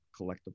collectible